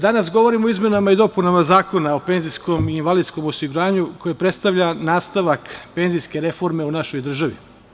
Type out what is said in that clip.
Danas govorimo o izmenama i dopunama Zakona o penzijskom i invalidskom osiguranju koje predstavlja nastavak penzijske reforme u našoj državi.